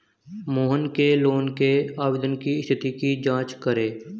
मोहन के लोन के आवेदन की स्थिति की जाँच करें